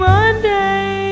Monday